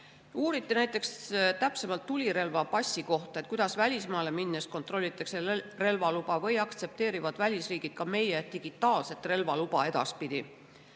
Uuriti näiteks täpsemalt tulirelvapassi kohta, kuidas välismaale minnes kontrollitakse relvaluba või aktsepteerivad välisriigid edaspidi ka meie digitaalset relvaluba.